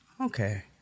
Okay